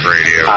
Radio